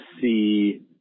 see